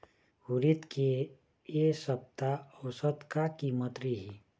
उरीद के ए सप्ता औसत का कीमत रिही?